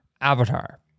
Avatar